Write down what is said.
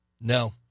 no